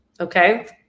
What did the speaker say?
Okay